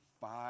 five